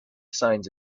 signs